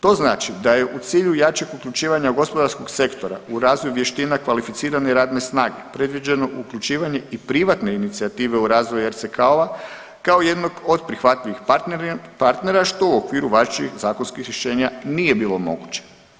To znači da je jačeg uključivanja gospodarskog sektora u razvoju vještina kvalificirane radne snage predviđeno uključivanje i privatne inicijative u razvoj RCK-ova kao jednog od prihvatljivih partnera što u okviru važećih zakonskih rješenja nije bilo moguće.